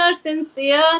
sincere